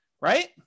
right